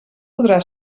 podrà